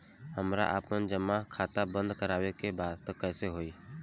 हमरा आपन जमा खाता बंद करवावे के बा त कैसे होई?